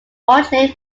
originate